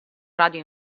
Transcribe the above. radio